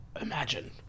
imagine